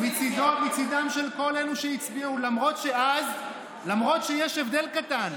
זה מצידם של כל אלה שהצביעו, למרות שיש הבדל קטן.